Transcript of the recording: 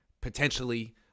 potentially –